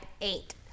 eight